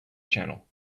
channel